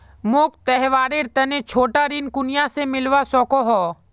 मोक त्योहारेर तने छोटा ऋण कुनियाँ से मिलवा सको हो?